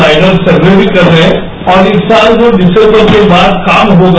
ताइडर survey भी कर रहे हैं और इस साल जो दिसम्बर के बाद काम होगा